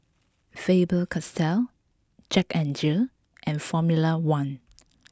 Faber Castell Jack N Jill and Formula One